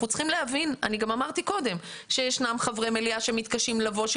אנחנו צריכים להבין אני גם אמרתי קודם שיש חברי מליאה שמתקשים לבוא,